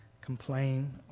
complain